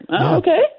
Okay